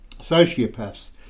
sociopaths